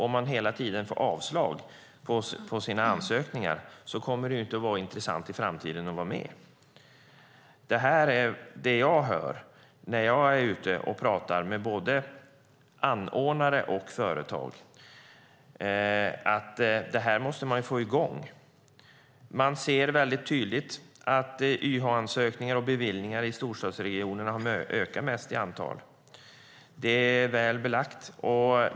Om de hela tiden får avslag på sina ansökningar kommer det inte att vara intressant i framtiden att vara med. Det jag hör när jag är ute och talar med både anordnare och företag är att man måste få i gång detta. Man ser väldigt tydligt att YH-ansökningar och beviljningar i storstadsregionerna ökar mest i antal. Det är väl belagt.